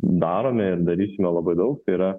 darome ir darysime labai daug tai yra